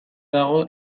dago